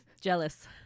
jealous